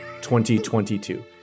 2022